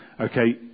okay